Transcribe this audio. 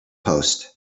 post